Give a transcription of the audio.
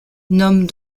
nomme